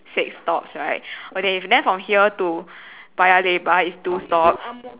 six stops right okay and then from here to Paya-Lebar is two stops